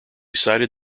cited